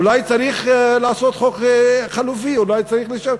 אולי צריך לעשות חוק חלופי, אולי צריך לשנות,